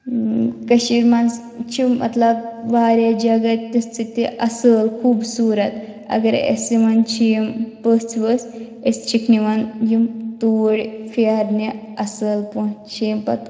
کٔشیٖر منٛز چھِ مطلب واریاہ جگہ تِژھٕ تہِ اَصۭل خوٗبصوٗرت اَگرے اَسہِ یِوان چھِ یِم پٔژھۍ ؤژھۍ أسۍ چھِکھ نِوان یِم توٗرۍ پھیرنہِ اَصۭل پٲٹھۍ چھِ یِم پَتہٕ